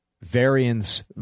variance